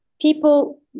people